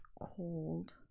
called